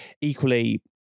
equally